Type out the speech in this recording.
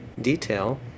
detail